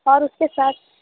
اور اس کے ساتھ